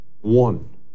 One